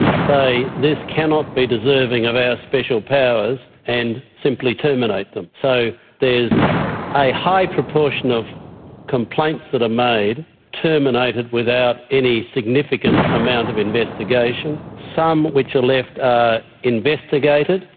say this cannot be deserving of our special powers, and simply terminate them. so there's a high proportion of complaints that are made terminated without any significant amount of investigation, some which are left are investigated,